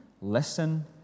Listen